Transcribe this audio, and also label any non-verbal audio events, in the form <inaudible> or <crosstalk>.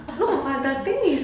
<laughs>